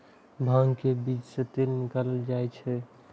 भांग के बीज सं तेल निकालल जाइ छै